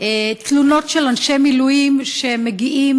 תלונות של אנשי מילואים שמגיעים,